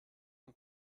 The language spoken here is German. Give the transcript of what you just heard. von